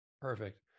Perfect